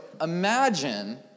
imagine